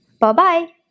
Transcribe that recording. Bye-bye